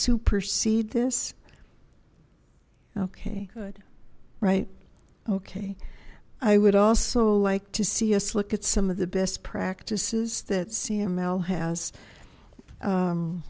supersede this okay good right okay i would also like to see us look at some of the best practices that cml has